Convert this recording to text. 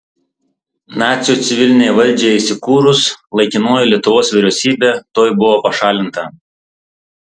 nacių civilinei valdžiai įsikūrus laikinoji lietuvos vyriausybė tuoj buvo pašalinta